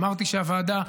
אמרתי שהוועדה,